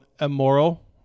immoral